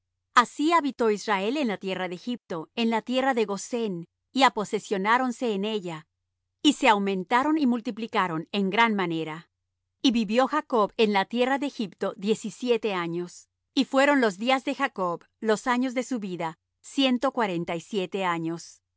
así habitó israel en la tierra de egipto en la tierra de gosén y aposesionáronse en ella y se aumentaron y multiplicaron en gran manera y vivió jacob en la tierra de egipto diecisiete años y fueron los días de jacob los años de su vida ciento cuarenta y siete años